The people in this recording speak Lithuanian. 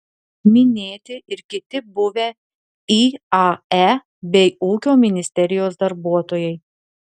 minėti ir kiti buvę iae bei ūkio ministerijos darbuotojai